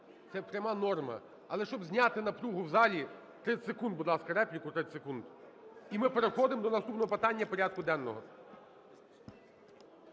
Це пряма норма. Але щоб зняти напругу в залі, 30 секунд, будь ласка. Репліка 30 секунд. І ми переходимо до наступного питання порядку денного.